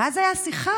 ואז הייתה שיחה